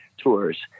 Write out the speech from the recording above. tours